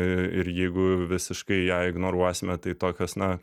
ir jeigu visiškai ją ignoruosime tai tokios na